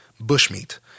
bushmeat